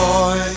Boy